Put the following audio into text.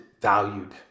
valued